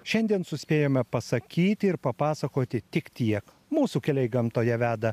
šiandien suspėjome pasakyti ir papasakoti tik tiek mūsų keliai gamtoje veda